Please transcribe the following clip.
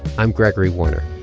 i'm gregory warner,